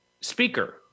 speaker